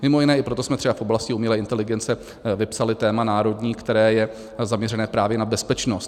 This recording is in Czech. Mimo jiné i proto jsme třeba v oblasti umělé inteligence vypsali téma národní, které je zaměřené právě na bezpečnost.